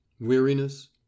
Weariness